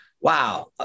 Wow